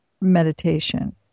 meditation